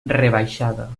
rebaixada